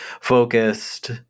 focused